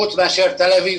חוץ מאשר תל אביב,